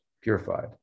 purified